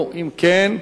4. אם כן,